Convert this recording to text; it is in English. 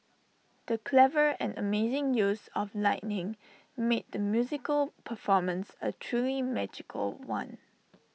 the clever and amazing use of lighting made the musical performance A truly magical one